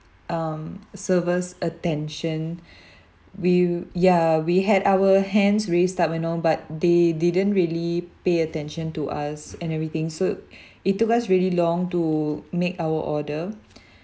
um servers attention we yeah we had our hands raised up you know but they didn't really pay attention to us and everything so it took us really long to make our order